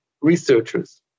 researchers